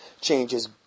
changes